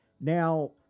Now